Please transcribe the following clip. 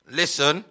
listen